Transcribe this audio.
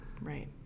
right